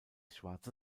schwarze